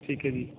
ਠੀਕ ਹੈ ਜੀ